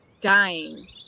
dying